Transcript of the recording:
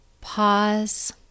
pause